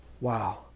Wow